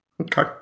Okay